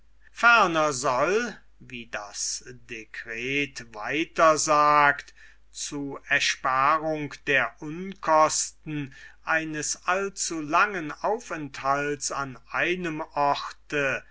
soll wie das decret weiter sagt zu ersparung der unkosten eines allzu langen aufenthalts an einem orte